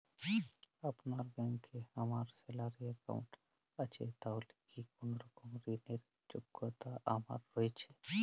আপনার ব্যাংকে আমার স্যালারি অ্যাকাউন্ট আছে তাহলে কি কোনরকম ঋণ র যোগ্যতা আমার রয়েছে?